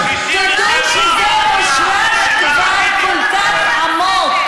תודו שזה מושרש כל כך עמוק.